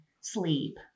sleep